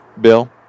Bill